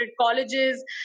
colleges